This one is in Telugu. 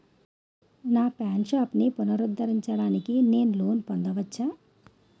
నా పాన్ షాప్ని పునరుద్ధరించడానికి నేను లోన్ పొందవచ్చా?